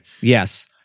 Yes